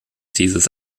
dieses